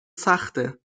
سخته